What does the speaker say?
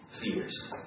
fears